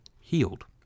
healed